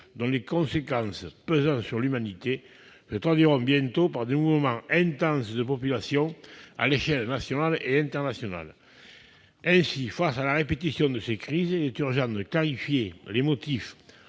dont les conséquences pesant sur l'humanité se traduiront bientôt par des mouvements intenses de populations aux échelles nationale et internationale. Face à la répétition de ces crises, il est donc urgent de clarifier les motifs